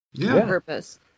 purpose